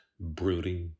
brooding